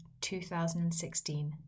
2016